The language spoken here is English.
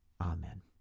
Amen